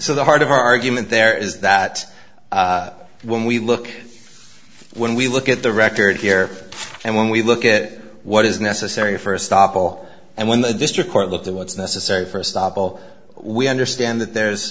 so the heart of our argument there is that when we look when we look at the record here and when we look at what is necessary first awful and when the district court look to what's necessary first of all we understand that there's